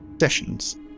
sessions